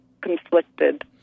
conflicted